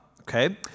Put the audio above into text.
Okay